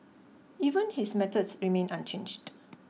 even his methods remain unchanged